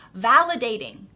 validating